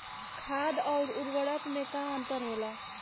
खाद्य आउर उर्वरक में का अंतर होला?